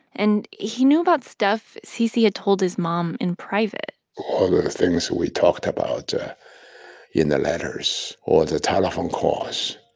and he knew about stuff cc had told his mom in private all of the things that we talked about in the letters or the telephone calls,